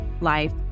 life